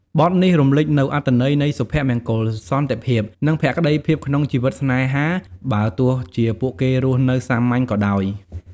បទនេះរំលេចនូវអត្ថន័យនៃសុភមង្គល សន្តិភាព និងភក្តីភាពក្នុងជីវិតស្នេហា បើទោះជាពួកគេរស់នៅសាមញ្ញក៏ដោយ។